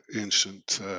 ancient